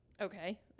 okay